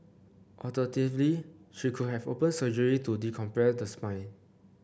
alternatively she could have open surgery to decompress the spine